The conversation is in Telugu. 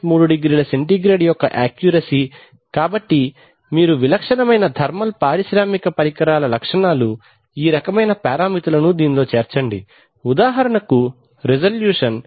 3 డిగ్రీల సెంటీగ్రేడ్ యొక్క యాక్యూరసీ కాబట్టి మీరు విలక్షణమైన థర్మల్ పారిశ్రామిక పరికరాల లక్షణాలు ఈ రకమైన పారామితులను చేర్చండి ఉదాహరణకు రిజల్యూషన్ 0